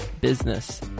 business